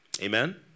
Amen